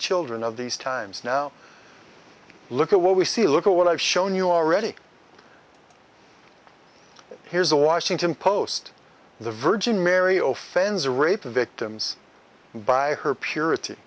children of these times now look at what we see look at what i've shown you already here's a washington post the virgin mary zero fens rape victims by her purity